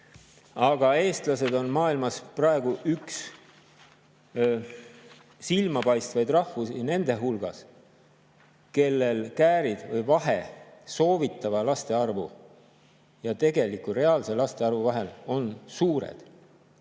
Aga eestlased on praegu maailmas üks silmapaistvaimaid rahvusi nende hulgas, kellel käärid soovitava laste arvu ja tegeliku, reaalse laste arvu vahel on suured.